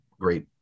great